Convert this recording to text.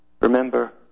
remember